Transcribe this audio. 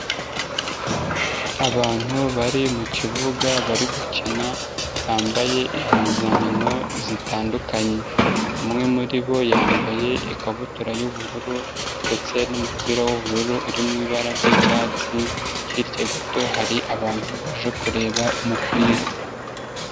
Abantu bari mu kibuga bari gukina bambaye impuzankano zitandukanye. Umwe muri bo yambaye ikabutura y'ubururu ndetse n'umupira w'ubururu irimo ibara ry'icyatsi, hirya gato hari abantu baje kureba umupira.